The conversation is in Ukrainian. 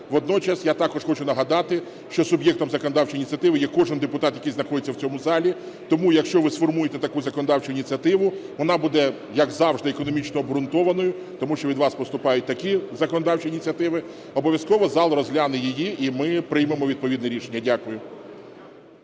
Водночас я також хочу нагадати, що суб'єктом законодавчої ініціативи є кожний депутат, який знаходиться в цьому залі. Тому, якщо ви сформуєте таку законодавчу ініціативу, вона буде, як завжди, економічно обґрунтованою, тому що від вас поступають такі законодавчі ініціативи. Обов'язково зал розгляне її, і ми приймемо відповідне рішення. Дякую.